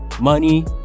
money